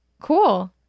Cool